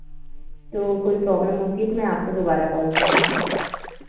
तो कोई प्रॉब्लम होती है तो मैं आपको दोबारा कॉल करती हूँ